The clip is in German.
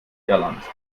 irland